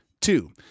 Two